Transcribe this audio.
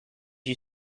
you